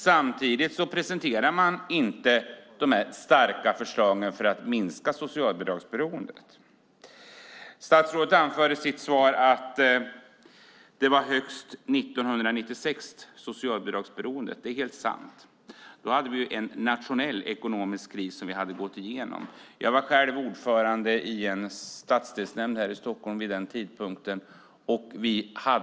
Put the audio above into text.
Samtidigt presenterar man inte de starka förslagen för att minska socialbidragsberoendet. Statsrådet anför i sitt svar att socialbidragsberoendet var högst 1996. Det är helt sant. Då hade vi gått igenom en nationell ekonomisk kris. Jag var själv ordförande i en stadsdelsnämnd här i Stockholm vid den tidpunkten.